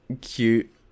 cute